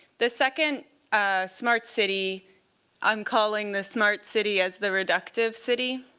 the second ah smart city i'm calling the smart city as the reductive city.